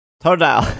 Total